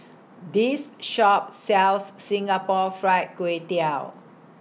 This Shop sells Singapore Fried Kway Tiao